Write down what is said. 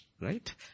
right